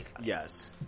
Yes